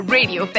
Radio